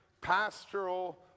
pastoral